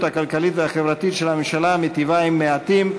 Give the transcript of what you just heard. הכלכלית והחברתית של הממשלה מיטיבה עם מעטים,